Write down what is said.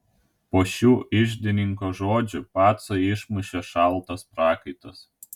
po šių iždininko žodžių pacą išmušė šaltas prakaitas